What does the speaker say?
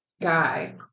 guy